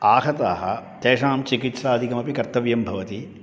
आहताः तेषां चिकित्सादिकमपि कर्तव्यं भवति